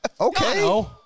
Okay